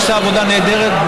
היא עושה עבודה נהדרת,